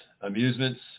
amusements